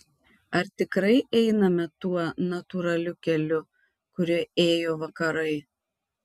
ar tikrai einame tuo natūraliu keliu kuriuo ėjo vakarai